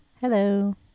Hello